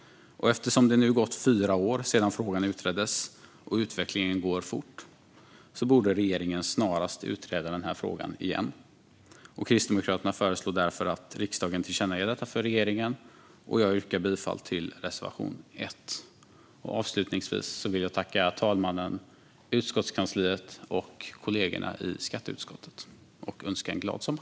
Eftersom det nu har gått fyra år sedan frågan utreddes och utvecklingen går fort borde regeringen snarast utreda frågan igen. Kristdemokraterna föreslår därför att riksdagen tillkännager detta för regeringen. Jag yrkar bifall till reservation 1. Avslutningsvis vill jag tacka fru talmannen, utskottskansliet och kollegorna i skatteutskottet och önska en glad sommar.